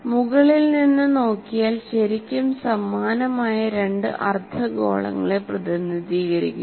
മുകളിൽ നിന്ന് നോക്കിയാൽ ശരിക്കും സമാനമായ രണ്ട് അർദ്ധഗോളങ്ങളെ പ്രതിനിധീകരിക്കുന്നു